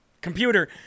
computer